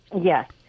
Yes